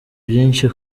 byinshi